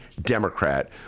Democrat